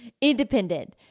Independent